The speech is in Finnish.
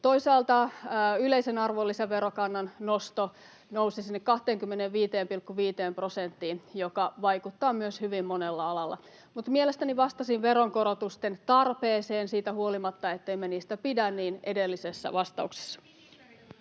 Toisaalta yleinen arvonlisäverokanta nousi sinne 25,5 prosenttiin, mikä myös vaikuttaa hyvin monella alalla. Mielestäni vastasin veronkorotusten tarpeesta — siitä huolimatta, ettemme niistä pidä — edellisessä vastauksessa.